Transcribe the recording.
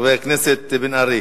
של חבר הכנסת בן-ארי.